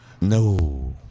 No